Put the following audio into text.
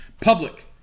public